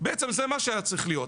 בעצם זה מה שהיה צריך להיות.